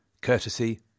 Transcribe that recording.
courtesy